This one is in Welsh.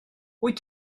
wyt